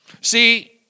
See